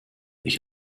ich